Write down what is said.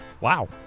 Wow